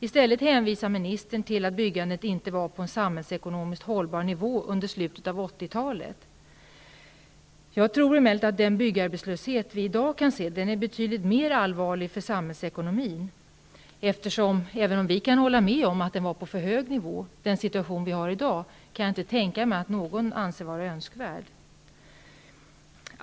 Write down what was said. I stället hänvisar ministern till att byggandet inte låg på en samhällsekonomiskt hållbar nivå under slutet av 80-talet. Jag tror emellertid att den byggarbetslöshet som vi i dag kan se är betydligt mer allvarlig för samhällsekonomin, även om jag kan hålla med om att byggandet låg på för hög nivå -- den situation vi har i dag kan jag inte tänka mig att någon anser vara önskvärd.